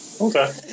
Okay